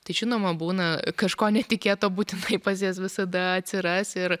tai žinoma būna kažko netikėto būtinai pas jas visada atsiras ir